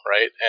right